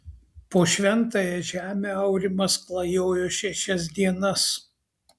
po šventąją žemę aurimas klajojo šešias dienas